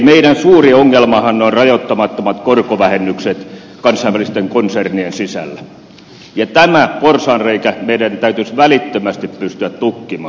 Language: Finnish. meillä suuri ongelmahan on rajoittamattomat korkovähennykset kansainvälisten konsernien sisällä ja tämä porsaanreikä meidän täytyisi välittömästi pystyä tukkimaan